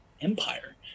empire